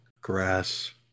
grass